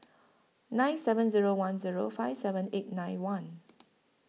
nine seven Zero one zeo five seven eight nine one